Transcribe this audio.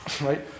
Right